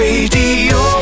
Radio